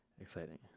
exciting